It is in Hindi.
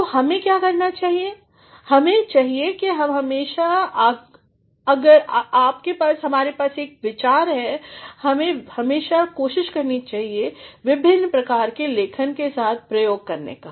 तो हमें क्या करना चाहिए हमें हमेशा अगर हमारे पास एक विचार है हमें हमेशा कोशिश करनी चाहिए विभिन्न प्रकार की लेखन के साथ प्रयोग करने का